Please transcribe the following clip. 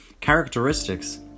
characteristics